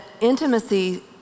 intimacy